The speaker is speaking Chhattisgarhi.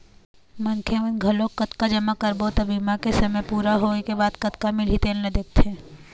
मनखे मन घलोक कतका जमा करबो त बीमा के समे पूरा होए के बाद कतका मिलही तेन ल देखथे